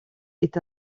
est